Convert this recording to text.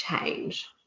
change